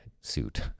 suit